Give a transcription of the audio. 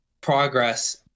progress